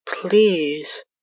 Please